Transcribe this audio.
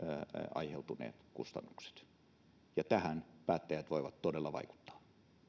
aiheutuneet kustannukset neutralisoituvat ja tähän päättäjät voivat todella vaikuttaa